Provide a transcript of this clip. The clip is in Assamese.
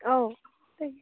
অঁ